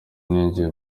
ninjiye